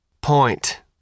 Point